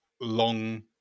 long